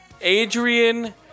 Adrian